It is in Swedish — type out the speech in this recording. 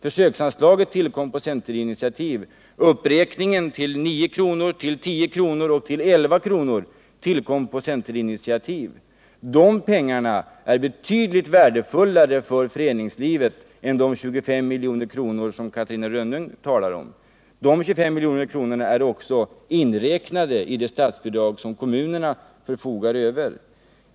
Försöksanslaget tillkom på centerinitiativ. Uppräkningen till 9, 10 och 11 kr. tillkom på centerinitiativ. De pengarna är betydligt värdefullare för föreningslivet än de 25 milj.kr. som Catarina Rönnung talar om. De 25 miljonerna är också inräknade i det statsbidrag som kommunerna förfogar Nr 44 över.